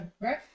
right